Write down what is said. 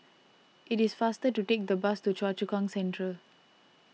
it is faster to take the bus to Choa Chu Kang Central